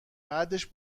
بعدشم